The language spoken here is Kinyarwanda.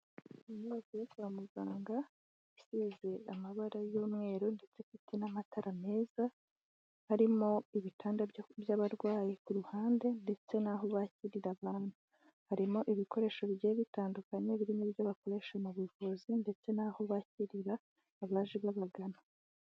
Inyubako yo kwa muganga isize amabara y'umweru ndetse afite n'amatara meza. Harimo ibitanda by'abarwayi ku ruhande ndetse n'aho bakirira abantu. Harimo ibikoresho bigiye bitandukanye birimo n'ibyo bakoresha mu buvuzi ndetse n'aho bakirira abaje babagana.